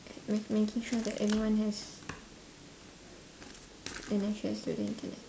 with making sure that everyone has an access to internet